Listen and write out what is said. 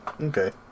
Okay